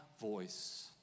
voice